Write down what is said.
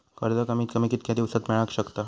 कर्ज कमीत कमी कितक्या दिवसात मेलक शकता?